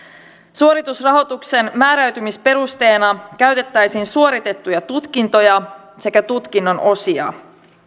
suoritusrahoituksen määräytymisperusteena käytettäisiin suoritettuja tutkintoja sekä tutkinnon osia